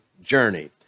journey